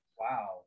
wow